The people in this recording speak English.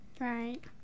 right